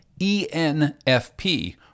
ENFP